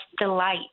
delight